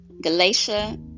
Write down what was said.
Galatia